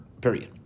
period